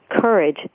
courage